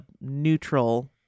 neutral